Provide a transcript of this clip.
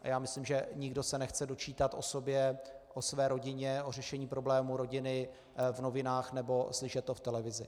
A já myslím, že nikdo se nechce dočítat o sobě, o své rodině, o řešení problémů rodiny v novinách nebo slyšet to v televizi.